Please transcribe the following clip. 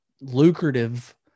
lucrative